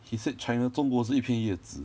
he said china 中国是一片叶子